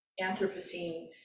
Anthropocene